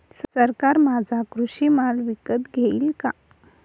सरकार माझा कृषी माल विकत घेईल का?